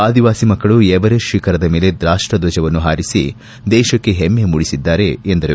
ಆದಿವಾಸಿ ಮಕ್ಕಳು ಎವರೆಸ್ಟ್ ಶಿಖರದ ಮೇಲೆ ರಾಷ್ಟದ್ವಜವನ್ನು ಹಾರಿಸಿ ದೇಶಕ್ಕೆ ಹೆಮ್ಮೆ ಮೂಡಿಸಿದ್ದಾರೆ ಎಂದರು